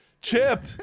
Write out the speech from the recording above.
chip